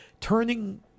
turning